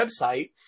website